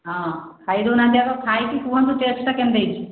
ହଁ ଖାଇଦେଉନାହାଁନ୍ତି ଆଗ ଖାଇକି କୁହନ୍ତୁ ଟେଷ୍ଟଟା କେମିତି ହେଇଛି